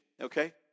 okay